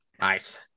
Nice